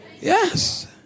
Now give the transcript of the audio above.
Yes